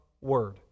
word